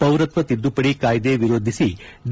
ಪೌರತ್ವ ತಿದ್ದುಪಡಿ ಕಾಯ್ದೆ ವಿರೋಧಿಸಿ ಡಿ